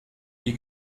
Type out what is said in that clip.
hier